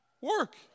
work